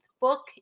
book